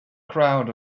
crowd